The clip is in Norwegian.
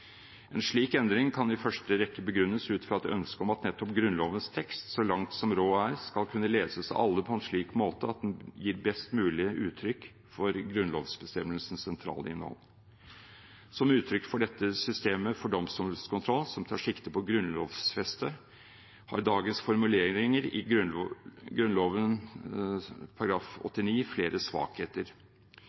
En slik endring kan i første rekke begrunnes ut fra et ønske om at nettopp Grunnlovens tekst så langt som råd er, skal kunne leses av alle på en slik måte at den gir best mulig uttrykk for grunnlovsbestemmelsens sentrale innhold. Som uttrykk for dette systemet for domstolskontroll som den tar sikte på å grunnlovfeste, har dagens formuleringer i Grunnloven § 89 flere svakheter,